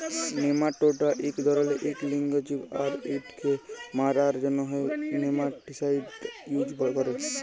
nematoda ইক ধরলের ইক লিঙ্গ জীব আর ইটকে মারার জ্যনহে নেমাটিসাইড ইউজ ক্যরে